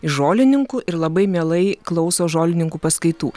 iš žolininkų ir labai mielai klauso žolininkų paskaitų